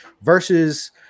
versus